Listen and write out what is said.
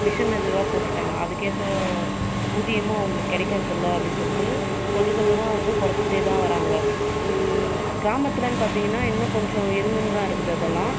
machine இதுவாக போட்டுட்டாங்க அதுக்கேற்ற ஊதியமும் அவங்களுக்கு கிடைக்கிறது இல்லை அப்படி சொல்லிட்டு கொஞ்சோம் கொஞ்சமாக வந்து குறைச்சுக்கிட்டேதா வராங்க கிராமத்துலேன்னு பார்த்தீங்கன்னா இன்னும் கொஞ்சோ இருந்துனுந்தான் இருக்குது அதெல்லாம்